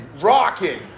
rocking